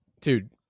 Dude